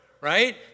right